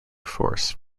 force